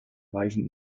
weisen